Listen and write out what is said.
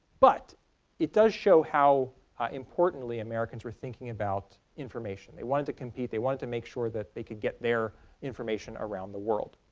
but it does show how importantly americans were thinking about information. they wanted to compete they wanted to make sure they could get their information around the world.